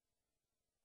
המחירים.